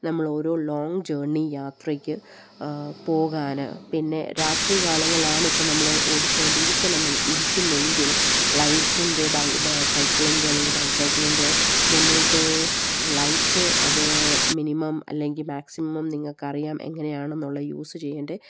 നമ്മൾ ഓരോ long journey യാത്രയ്ക്ക് പോകാൻ പിന്നെ രാത്രി കാലങ്ങളാണിപ്പം നമ്മൾ ഓടിച്ചോണ്ടിരിക്കണം ഇരിക്കുന്നെങ്കിൽ ലൈറ്റിൻ്റെ ബൈസൈക്കിളിൻ്റെ അല്ലെങ്കിൽ ബൈസൈക്കിളിൻ്റെ മുന്നിലത്തെ ലൈറ്റ് അത് മിനിമം അല്ലെങ്കിൽ മാക്സിമം നിങ്ങൾക്ക് അറിയാം എങ്ങനെയാണെന്നുള്ള യൂസ് ചെയ്യേണ്ടത്